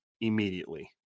immediately